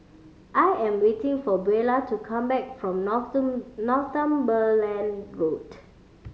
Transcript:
I am waiting for Beula to come back from Northumberland Road